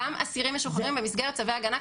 אסירים משוחררים הם במסגרת צווי הגנה.